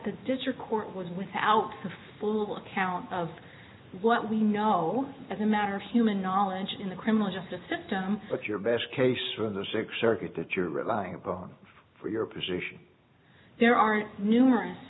the district court was without the full account of what we know as a matter of human knowledge in the criminal justice system but your best case for the six circuit that you're relying upon for your position there are numerous